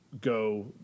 go